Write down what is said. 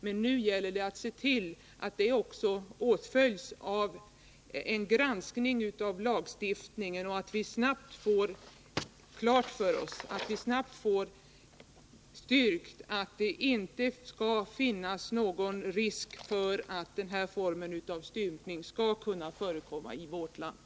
Men nu gäller det att se till att det också åtföljs av ett lagstiftningsarbete, så att vi snabbt kan försäkra oss om att vår lagstiftning ger ett skydd mot denna stymping av kvinnor.